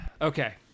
okay